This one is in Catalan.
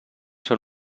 són